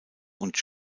und